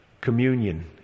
communion